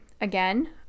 again